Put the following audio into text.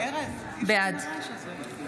בעד